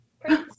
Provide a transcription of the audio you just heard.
Prince